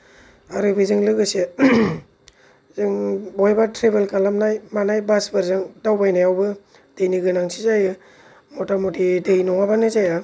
आरो बेजों लोगोसे जों बहायबा थ्रेभेल खालामनाय मानाय बासफोरजों दावबायनायावबो दैनि गोनांथि जायो मतामथि दै नङाब्लानो जाया